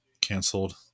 canceled